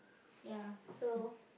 ya so